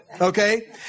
Okay